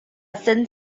thin